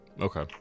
Okay